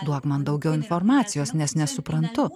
duok man daugiau informacijos nes nesuprantu